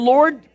Lord